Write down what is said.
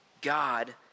God